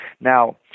Now